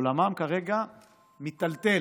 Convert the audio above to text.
עולמם כרגע מיטלטל.